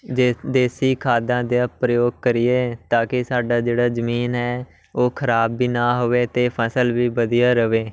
ਦੇ ਦੇਸੀ ਖਾਦਾਂ ਦਾ ਪ੍ਰਯੋਗ ਕਰੀਏ ਤਾਂ ਕਿ ਸਾਡਾ ਜਿਹੜਾ ਜ਼ਮੀਨ ਹੈ ਉਹ ਖਰਾਬ ਵੀ ਨਾ ਹੋਵੇ ਅਤੇ ਫਸਲ ਵੀ ਵਧੀਆ ਰਹੇ